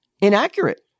inaccurate